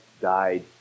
died